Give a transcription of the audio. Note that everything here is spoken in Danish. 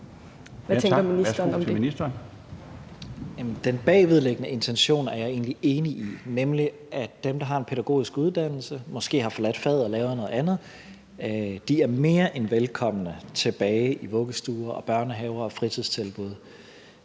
(Mattias Tesfaye): Den bagvedliggende intention er jeg egentlig enig i, nemlig at dem, der har en pædagogisk uddannelse, og som måske har forladt faget og laver noget andet, er mere end velkomne tilbage i vuggestuer og børnehaver og fritidstilbud.